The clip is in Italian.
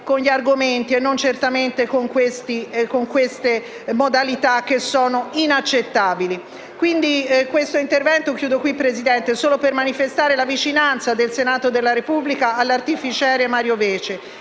con gli argomenti e non certamente con queste modalità che sono inaccettabili. Concludo qui il mio intervento, Presidente. Volevo sono manifestare la vicinanza del Senato della Repubblica all'artificiere Mario Vece